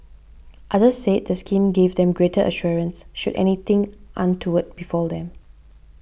others said the scheme gave them greater assurance should anything untoward befall them